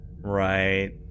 Right